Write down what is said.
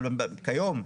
אבל כיום,